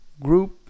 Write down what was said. group